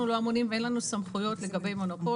אנחנו לא אמונים על מונופולים ואין לנו סמכויות לגבי מונופולים.